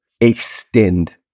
extend